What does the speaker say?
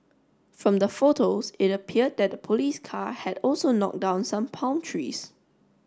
from the photos it appeared that the police car had also knocked down some palm trees